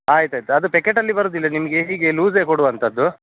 ಆಯ್ತು ಆಯ್ತು ಅದು ಪ್ಯಾಕೆಟಲ್ಲಿ ಬರೋದಿಲ್ಲ ನಿಮಗೆ ಹೀಗೆ ಲುಸೇ ಕೊಡುವಂಥದ್ದು